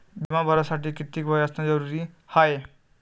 बिमा भरासाठी किती वय असनं जरुरीच हाय?